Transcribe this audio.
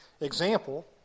example